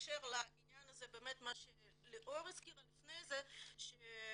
בהקשר לעניין הזה ליאור הזכירה לפני כן שבאמת